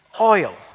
oil